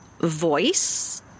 Voice